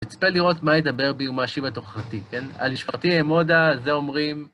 אצפה לראות מה ידבר בי ומה ישאיר בתוככתי, כן? על משפחתי אעמודה, זה אומרים.